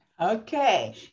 Okay